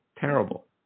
terrible